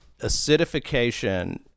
acidification